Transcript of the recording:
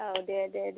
औ दे दे दे